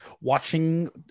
watching